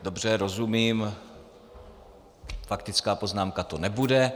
Dobře, rozumím, faktická poznámka to nebude.